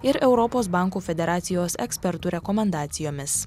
ir europos bankų federacijos ekspertų rekomendacijomis